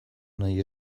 nahi